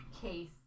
case